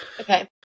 Okay